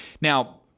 Now